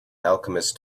alchemist